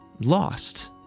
lost